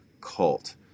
cult